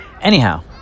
Anyhow